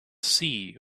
sea